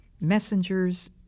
messengers